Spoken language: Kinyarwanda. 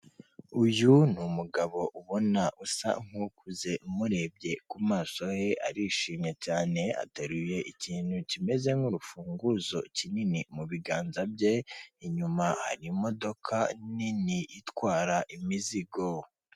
Uyu ni umugabo ubona usa nku'ukuze umurebye ku maso he arishimye cyane ateruye ikintu kimeze nk'urufunguzo kinini mu biganza bye inyuma hari imodoka nini itwara imizigo.